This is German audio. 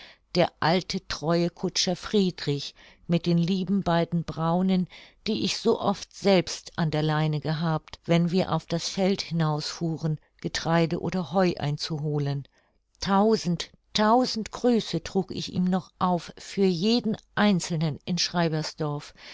der alte treue kutscher friedrich mit den lieben beiden braunen die ich so oft selbst an der leine gehabt wenn wir auf das feld hinaus fuhren getreide oder heu einzuholen tausend tausend grüße trug ich ihm noch auf für jeden einzelnen in